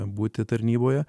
būti tarnyboje